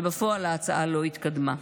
ובפועל ההצעה לא התקדמה.